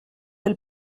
elle